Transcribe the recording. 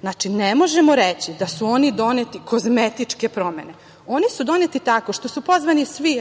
Znači, ne možemo reći da su oni doneli kozmetičke promene. Oni su doneti tako što su pozvani svi